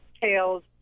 tails